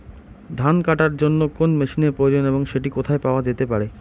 ধান কাটার জন্য কোন মেশিনের প্রয়োজন এবং সেটি কোথায় পাওয়া যেতে পারে?